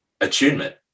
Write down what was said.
attunement